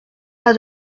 pas